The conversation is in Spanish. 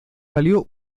valió